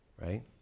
right